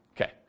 Okay